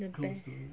the best